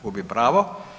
Gubi pravo.